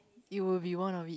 it will be one of it